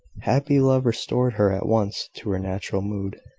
happy love restored her at once to her natural mood,